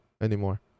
anymore